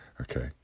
Okay